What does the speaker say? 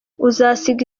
uzasiga